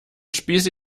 spieße